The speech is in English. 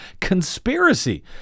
conspiracy